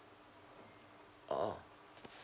orh